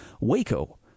Waco